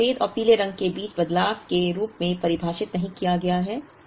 यह सफेद और पीले रंग के बीच बदलाव के रूप में परिभाषित नहीं किया गया है